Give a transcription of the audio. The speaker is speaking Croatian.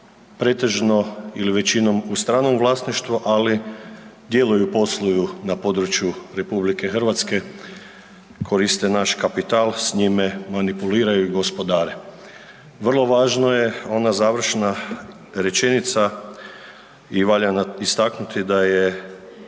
pretežno ili većinom u stranom vlasništvu ali djeluju i posluju na području RH, koriste naš kapital s njime manipuliraju i gospodare. Vrlo važno je ona završna rečenica i valja istaknuti da je